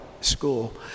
school